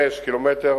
5. קילומטרים